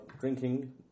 drinking